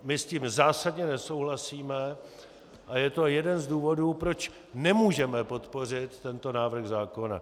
My s tím zásadně nesouhlasíme a je to jeden z důvodů, proč nemůžeme podpořit tento návrh zákona.